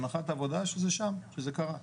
הנחת העבודה שזה שם, שזה קרה.